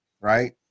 right